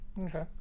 Okay